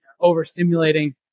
overstimulating